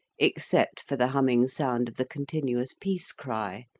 except for the humming sound of the continuous peace-cry